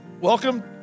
Welcome